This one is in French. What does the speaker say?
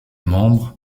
membres